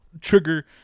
trigger